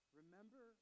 remember